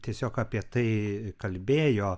tiesiog apie tai kalbėjo